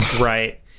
Right